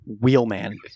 Wheelman